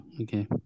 okay